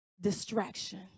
Distraction